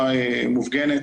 זה לא עובד כך.